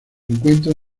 encuentra